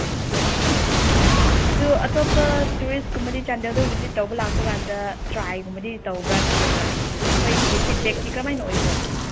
ꯑꯣ ꯑꯗꯨ ꯑꯇꯣꯞꯄ ꯇꯨꯔꯤꯁꯀꯨꯝꯕꯗꯤ ꯆꯥꯟꯗꯦꯜꯗ ꯚꯤꯖꯤꯠ ꯇꯧꯕ ꯂꯥꯛꯄꯀꯥꯟꯗ ꯇ꯭ꯔꯥꯏꯒꯨꯝꯕꯗꯤ ꯇꯧꯕ꯭ꯔꯥ ꯅꯠꯇ꯭ꯔꯒ ꯃꯣꯏꯒꯤ ꯐꯤꯠꯕꯦꯛꯇꯤ ꯀꯃꯥꯏꯅ ꯑꯣꯏꯕ꯭ꯔꯣ